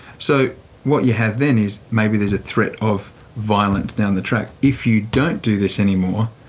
so what you have then is maybe there's a threat of violence down the track if you don't do this anymore,